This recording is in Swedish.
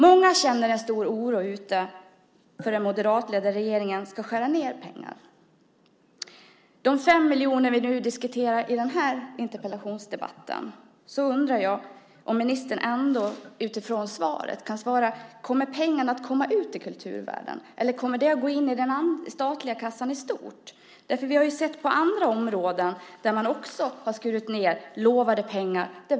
Många ute känner en stor oro för att den moderatledda regeringen ska skära ned när det gäller pengar. I den här interpellationsdebatten diskuterar vi 5 miljoner. Jag undrar om ministern utifrån svaret kan svara på frågan: Kommer pengarna att komma ut till kulturvärlden? Eller kommer de att gå in i den statliga kassan i stort? Vi har ju sett att man på andra områden har skurit ned när det gäller utlovade pengar.